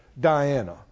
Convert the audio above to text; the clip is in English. Diana